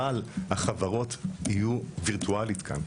אבל החברות יהיו וירטואלית כאן.